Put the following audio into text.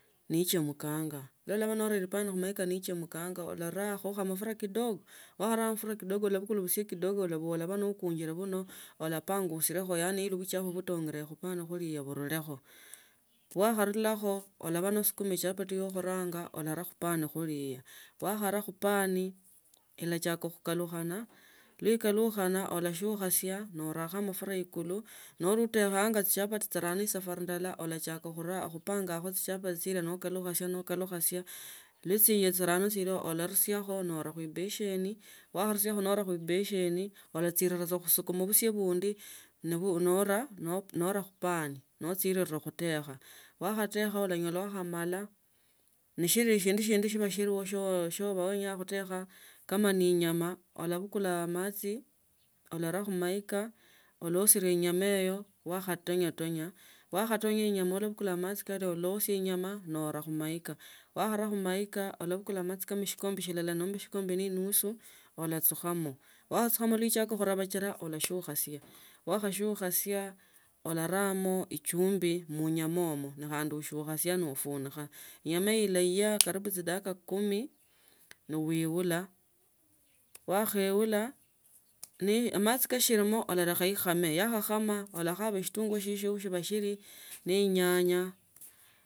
Nichemkanga noba nore epani nichemkanga olarakho khamafura kidogo wacharakho mafura kidogo ulabukula ubusie kidogo ulabola bano ulabakunjila mno olapangusulia upani ili buchafu butengolekho burelekho bwakharulakho olaba nasukume chipati chia khuranga olaraa khupani khulia ilya wakharaa khupani ilachakaa khukalukhana, le ikalukhana ola shukhasia norakho mafura ikulu nora utekhanga echichapati chirano safari ndala ulachakha khuraa khupangakho chichapati chila nou kalakasia nokalakasia ni chiya chirano olonosiakho ura khuibeseni wkhanisia ne khuraa khubesieni olachirira saa khusukuma busie bundi nora nora khupani nochirira khutekha wachatekha lanyola wakhamala neshili eshindu shindi shilio shia aba wenya khutekha kama ne inyama ulabukula amchi ularaa khumaika ulaosila enyama iyo wakhatanyotonya wakhatonya inyama uree ulabukula amachi kano utombe sia enjama nora khumaika wakharaa khumaika ulabukula amachi shikombe shilala nomba shikombe ne enusu ulachukamo wakhachukamo ne echuka khurabishila noslekhasia wakhasukasia olaramo echumbi munyama umwo ne khandi ushukhasia kumi ne wibula wakhaebula ni amachi kashirimo ulekha ikhame yakhakama olakhaba shitunguyu shishwa avundu alishila ne enyanga.